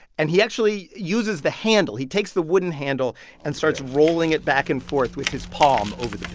and he actually uses the handle. he takes the wooden handle and starts rolling it back and forth with his palm over the